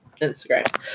Instagram